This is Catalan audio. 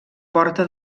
porta